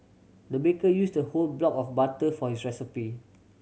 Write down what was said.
the baker used a whole block of butter for this recipe